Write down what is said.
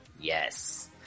Yes